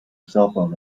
cellphone